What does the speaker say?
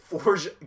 Forge